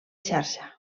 xarxa